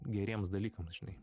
geriems dalykams žinai